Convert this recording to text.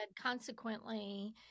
consequently